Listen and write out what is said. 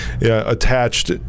attached